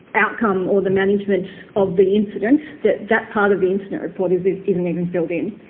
outcome or the management of the incident, that that part of the incident report isn't isn't even filled in.